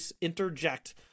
interject